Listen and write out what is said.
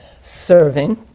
Serving